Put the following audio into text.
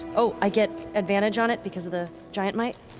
oh, i get advantage on it because of the giant might.